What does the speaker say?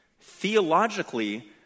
theologically